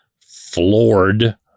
floored